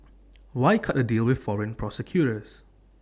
why cut A deal with foreign prosecutors